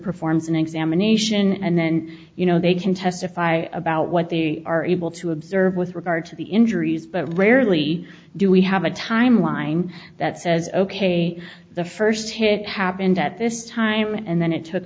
performs an examination and then you know they can testify about what they are able to observe with regard to the injuries but rarely do we have a timeline that says ok the first hit happened at this time and then it took